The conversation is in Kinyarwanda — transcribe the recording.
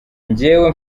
njyewe